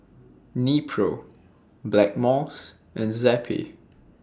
Nepro Blackmores and Zappy